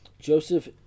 Joseph